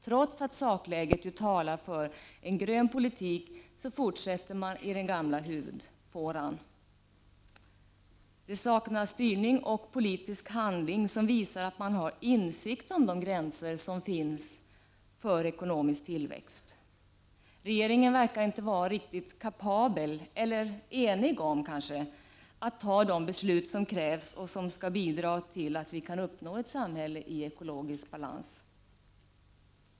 Trots att sakläget talar för en grön politik, fortsätter man i den gamla huvudfåran. Det saknas styrning och politisk handling som visar att man har insikt om de gränser som finns för ekonomisk tillväxt. Regeringen verkar inte vara riktigt kapabel, eller kanske inte enig om, att ta de beslut som krävs och som skall bidra till att vi kan uppnå ett samhälle i ekologisk balans.